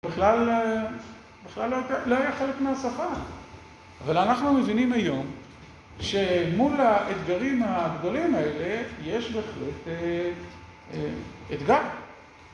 בכלל אה... בכלל לא הייתה... לא היה חלק מהשפה, אבל אנחנו מבינים היום, שמול האתגרים הגדולים האלה יש בהחלט אתגר.